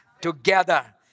together